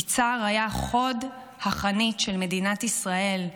יצהר היה חוד החנית של מדינת ישראל.